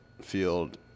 field